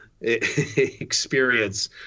Experience